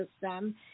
system